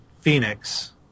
Phoenix